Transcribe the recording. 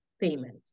payment